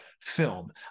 film